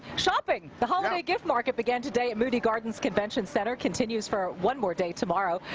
shopping. the holiday gift market began today at moody gardens convention center. continues for one more day tomorrow.